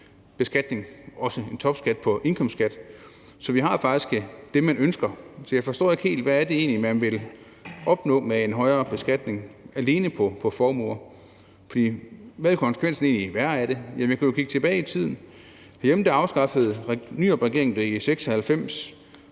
beskatning, også en topskat på indkomstskat, så vi har faktisk det, man ønsker. Så jeg forstår ikke helt, hvad det egentlig er, man vil opnå med en højere beskatning alene på formuer. For hvad vil konsekvensen egentlig være af det? Jamen vi kan jo kigge tilbage i tiden. Herhjemme afskaffede Nyrupregeringen det i 1996,